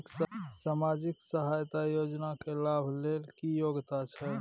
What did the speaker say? सामाजिक सहायता योजना के लाभ के लेल की योग्यता छै?